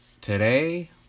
today